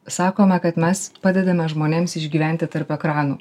sakome kad mes padedame žmonėms išgyventi tarp ekranų